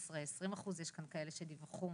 15%-20% יש כאן כאלה שדיווחו